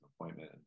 appointment